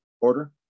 order